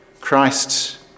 Christ